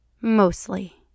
Mostly